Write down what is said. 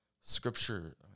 Scripture